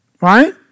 Right